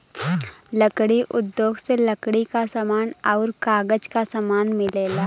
लकड़ी उद्योग से लकड़ी क समान आउर कागज क समान मिलेला